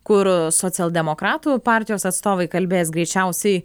kur socialdemokratų partijos atstovai kalbės greičiausiai